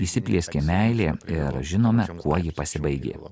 įsiplieskė meilė ir žinome kuo ji pasibaigė